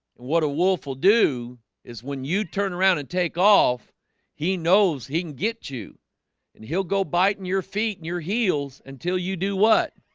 what a wolf will do is when you turn around and take off he knows he can get you and he'll go bitin your feet and your heels until you do what